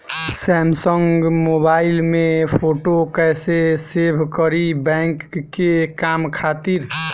Samsung mobile में photo कैसे save करीं बैंक के काम खातिर?